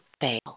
fail